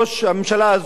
הממשלה הזאת,